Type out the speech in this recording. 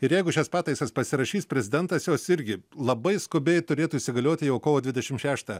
ir jeigu šias pataisas pasirašys prezidentas jos irgi labai skubiai turėtų įsigalioti jau kovo dvidešimt šeštą